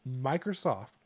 Microsoft